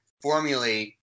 formulate